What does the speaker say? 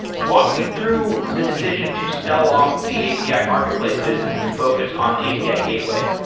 walk me through the decision to sell off the api marketplace business and focus on the api gateway.